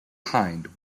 hind